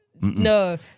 No